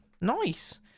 nice